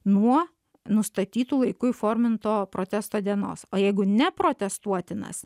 nuo nustatytu laiku įforminto protesto dienos o jeigu neprotestuotinas